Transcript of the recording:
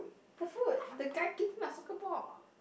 the foot the guy kicking your soccer ball